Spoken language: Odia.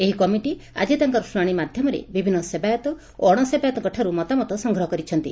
ଏହି କମିଟି ଆଜି ତାଙ୍କର ଶୁଶାଶୀ ମାଧ୍ଧମରେ ବିଭିନ୍ନ ସେବାୟତ ଓ ଅଶସେବାୟତଙ୍କ ଠାରୁ ମତାମତ ସଂଗ୍ରହ କରୁଛନ୍ତି